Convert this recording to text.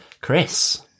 Chris